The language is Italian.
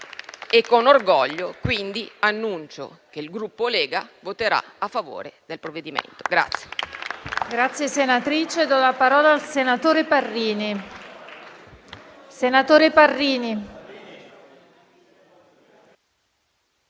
Con orgoglio, quindi, annuncio che il Gruppo Lega voterà a favore del provvedimento.